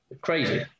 Crazy